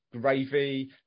gravy